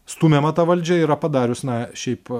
stumiama ta valdžia yra padarius na šiaip